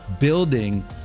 building